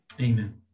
Amen